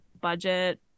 budget